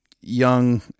young